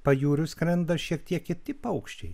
pajūriu skrenda šiek tiek kiti paukščiai